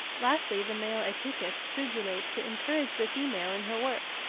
lastly, the male ateuchus stridulates to encourage the female in her work,